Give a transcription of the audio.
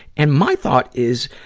and my thought is,